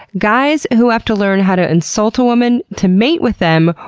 guys who have to learn how to insult women to mate with them,